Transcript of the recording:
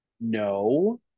No